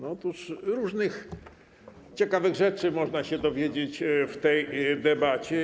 Otóż różnych ciekawych rzeczy można się dowiedzieć w tej debacie.